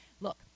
look